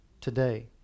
today